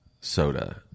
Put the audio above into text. soda